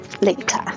Later